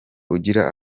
ugira